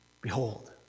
Behold